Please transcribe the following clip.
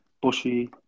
Bushy